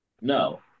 no